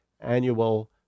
annual